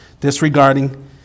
disregarding